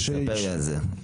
ספר לי על זה.